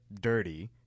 dirty